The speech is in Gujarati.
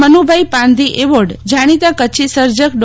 મનુભાઈ પાંધી એવોર્ડ જાણીતા કચ્છી સર્જક ર્ડા